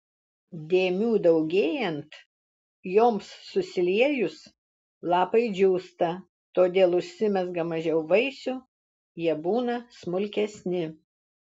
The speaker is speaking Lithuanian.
dėmių daugėjant joms susiliejus lapai džiūsta todėl užsimezga mažiau vaisių jie būna smulkesni